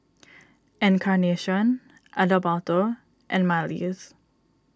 Encarnacion Adalberto and Marlys